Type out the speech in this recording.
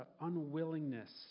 unwillingness